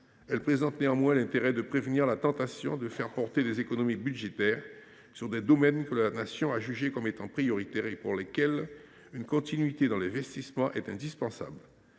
elles présentent l’intérêt de prévenir la tentation de faire porter les économies budgétaires sur des domaines que la Nation a jugés comme étant prioritaires et pour lesquels une continuité dans les investissements est indispensable.